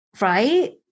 Right